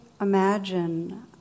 imagine